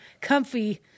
comfy